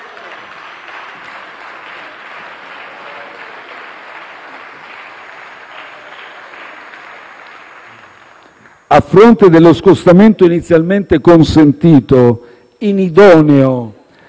A fronte dello scostamento inizialmente consentito, inidoneo